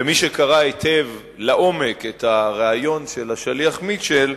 מי שקרא היטב, לעומק, את הריאיון של השליח מיטשל,